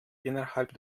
innerhalb